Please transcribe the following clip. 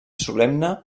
solemne